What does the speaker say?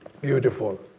Beautiful